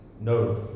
No